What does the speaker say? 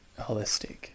Holistic